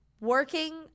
working